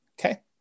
Okay